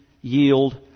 yield